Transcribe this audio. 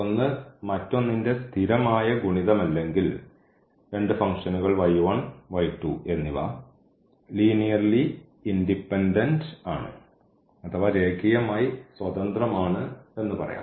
ഒന്ന് മറ്റൊന്നിന്റെ സ്ഥിരമായ ഗുണിതമല്ലെങ്കിൽ രണ്ട് ഫംഗ്ഷനുകൾ എന്നിവ ലീനിയർലി ഇൻഡിപെൻഡൻറ് ആണ് അഥവാ രേഖീയമായി സ്വതന്ത്രമാണ് എന്നു പറയാം